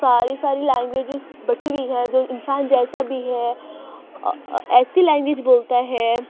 ساری ساری لنگویجز بٹی ہوئی ہے جو انسان جیسا بھی ہے ایسی لنگویج بولتا ہے